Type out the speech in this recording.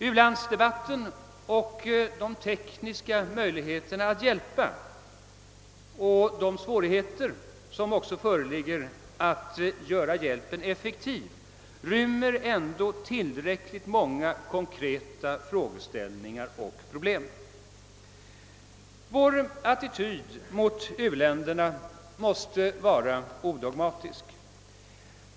Denna debatt och de tekniska möjligheterna att hjälpa, och även de svårigheter som föreligger att göra hjälpen effektiv rymmer ändå tillräckligt många konkreta frågeställningar och problem. Vår attityd mot u-länderna måste vara odogmatisk.